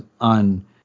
on